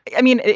i mean,